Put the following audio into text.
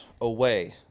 Away